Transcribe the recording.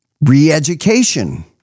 Re-education